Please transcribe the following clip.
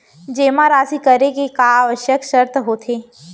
जेमा राशि करे के का आवश्यक शर्त होथे?